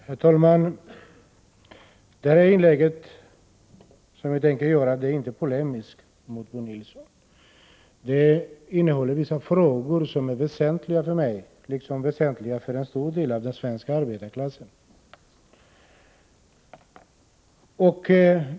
Herr talman! Det inlägg som jag här tänker göra är inte polemiskt mot Bo Nilsson. Jag skall ta upp vissa saker som är väsentliga för mig, liksom för en stor del av den svenska arbetarklassen.